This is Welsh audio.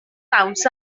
dawns